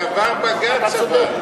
זה עבר בג"ץ אבל,